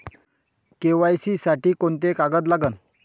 KYC साठी कोंते कागद लागन?